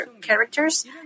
characters